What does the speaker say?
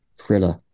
thriller